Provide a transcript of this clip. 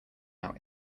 out